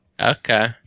Okay